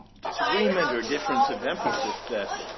disagreement or difference of emphasis that